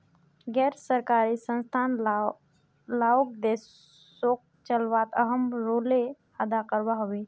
गैर सरकारी संस्थान लाओक देशोक चलवात अहम् रोले अदा करवा होबे